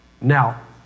Now